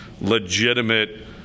legitimate